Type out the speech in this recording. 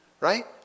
right